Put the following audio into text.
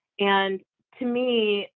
and to me,